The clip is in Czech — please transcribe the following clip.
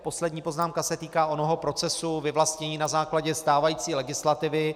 Poslední poznámka se týká onoho procesu vyvlastnění na základě stávající legislativy.